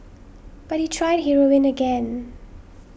but he tried heroin again